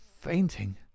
fainting